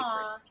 first